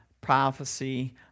prophecy